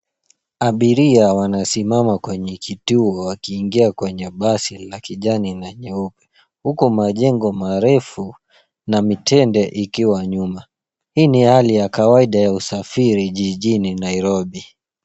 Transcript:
Abiria wanasimama kwenye kituo wakiingia kwenye basi la kijani na nyeupe. Huko majengo marefu na mitende ikiwa nyuma. Hii ni hali ya kawaida ya usafiri jijini Nairobi.